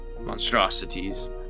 monstrosities